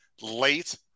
late